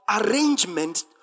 arrangement